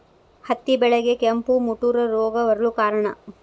ಹತ್ತಿ ಬೆಳೆಗೆ ಕೆಂಪು ಮುಟೂರು ರೋಗ ಬರಲು ಕಾರಣ?